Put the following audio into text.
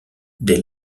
des